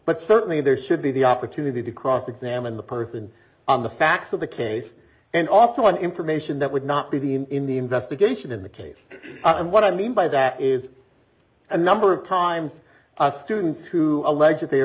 but certainly there should be the opportunity to cross examine the person on the facts of the case and also an information that would not be in in the investigation in the case and what i mean by that is a number of times students who allege